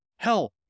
Hell